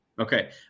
Okay